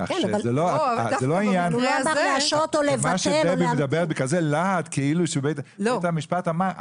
מה שדבי מדברת בכזה להט כאילו שבית המשפט אמר.